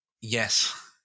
Yes